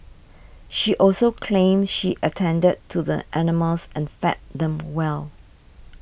she also claimed she attended to the animals and fed them well